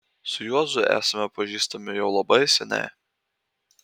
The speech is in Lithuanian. su juozu esame pažįstami jau labai seniai